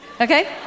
okay